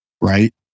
right